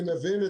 אני מבין.